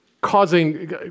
causing